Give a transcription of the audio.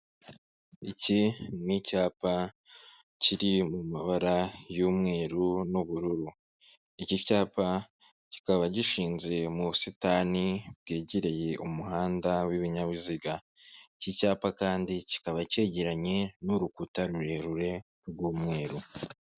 Iki ni icyapa kiri mu mabara y'umweru n'ubururu. Iki cyapa kikaba gishinze mu busitani bwegereye umuhanda w'ibinyabiziga. Iki cyapa kandi kikaba cyegeranye n'urukuta rurerure rw'umweru.